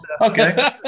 Okay